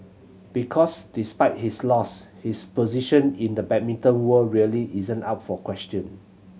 because despite his loss his position in the badminton world really isn't up for question